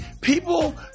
people